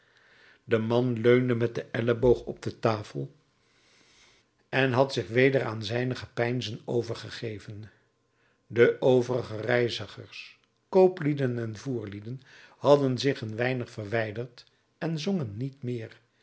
de man leunde met den elleboog op de tafel en had zich weder aan zijne gepeinzen overgegeven de overige reizigers kooplieden en voerlieden hadden zich een weinig verwijderd en zongen niet meer